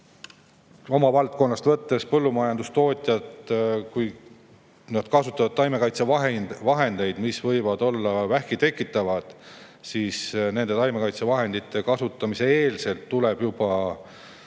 oma valdkonnast võttes, põllumajandustootjad, kui nad kasutavad taimekaitsevahendeid, mis võivad olla vähki tekitavad, siis juba nende taimekaitsevahendite kasutamise eelselt tuleb